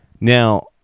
Now